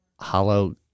hollow